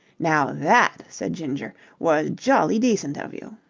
now that, said ginger, was jolly decent of you.